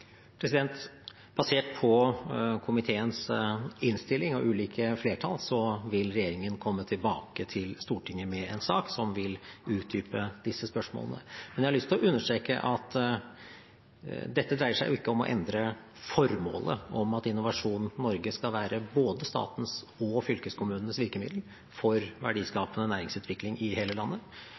Basert på komiteens innstilling og ulike flertall vil regjeringen komme tilbake til Stortinget med en sak som vil utdype disse spørsmålene. Men jeg har lyst til å understreke at dette dreier seg ikke om å endre formålet, at Innovasjon Norge skal være både statens og fylkeskommunenes virkemiddel for verdiskapende næringsutvikling i hele landet.